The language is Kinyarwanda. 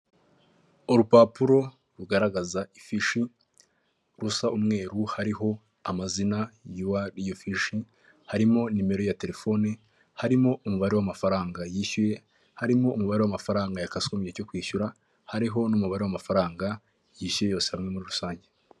Urupapuro rugaragaza ifishi, rusa umweru hariho: amazina y'uwahawe iyo fishi, harimo nimero ya telefoni, harimo umubare w'amafaranga yishyuye, harimo umubare w'amafaranga yakaswe mu gihe cyo kwishyura, hariho n'umubare w'amafaranga yishyuye yose muri rusange.